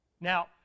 Now